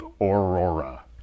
Aurora